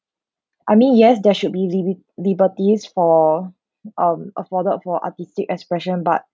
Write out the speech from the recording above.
I mean yes there should be livi~ liberties for um afforded for artistic expression but